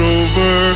over